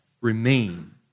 remain